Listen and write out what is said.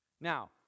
Now